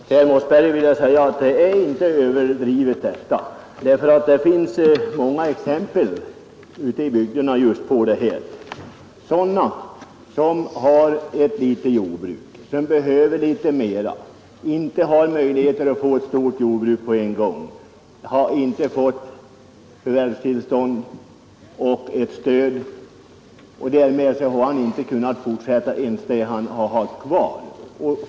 Fru talman! Till herr Mossberger vill jag säga att det inte är fråga om någon överdrift. Det finns många exempel ute i bygderna på att innehavare av ett litet jordbruk, som skulle behöva mera mark men som inte har möjligheter att på en gång förvärva ett stort jordbruk, inte har kunnat fortsätta ens med det jordbruk som han innehar.